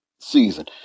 season